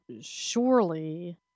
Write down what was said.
surely